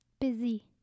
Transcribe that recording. Busy